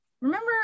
Remember